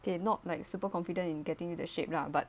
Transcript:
they are not like super confident in getting the shape lah but